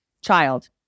child